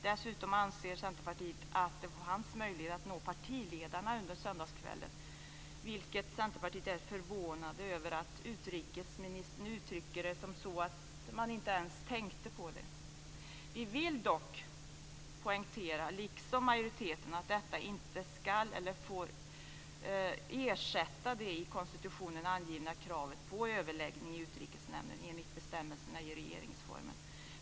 Dessutom anser Centerpartiet att det fanns möjlighet att nå partiledarna under söndagskvällen. Vi i Centerpartiet är förvånade över att utrikesministerns uttrycker det som så att man inte ens tänkte på det. Vi vill dock poängtera, liksom majoriteten, att detta inte ska eller får ersätta det i konstitutionen angivna kravet på överläggning i Utrikesnämnden, enligt bestämmelsen i regeringsformen.